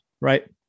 right